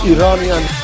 Iranian